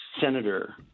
Senator